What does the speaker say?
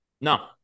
No